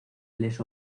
les